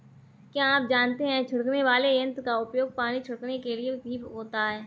क्या आप जानते है छिड़कने वाले यंत्र का उपयोग पानी छिड़कने के लिए भी होता है?